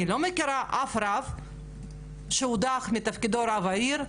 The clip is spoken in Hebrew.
אני לא מכירה אף רב שהודח מתפקידו למרות